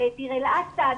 בדיר אל אסד,